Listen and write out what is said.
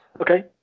Okay